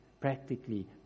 practically